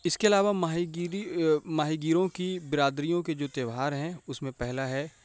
اس کے علاوہ ماہی گیری ماہی گیروں کی برادریوں کے جو تیوہار ہیں اس میں پہلا ہے